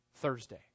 thursday